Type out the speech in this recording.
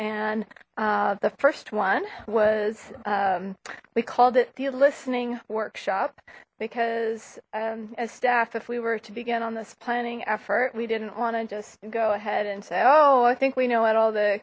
and the first one was we called it the listening workshop because as staff if we were to begin on this planning effort we didn't want to just go ahead and say oh i think we know what all the